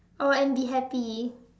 oh and be happy